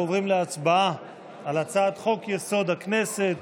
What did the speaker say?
אנחנו עוברים להצבעה הצעת חוק-יסוד: הכנסת